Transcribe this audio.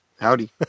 Howdy